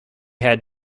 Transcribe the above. had